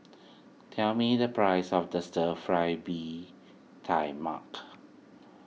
tell me the price of the Stir Fry Bee Tai Mak